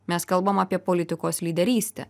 mes kalbam apie politikos lyderystę